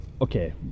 Okay